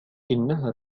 إنها